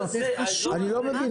זה לא קשור.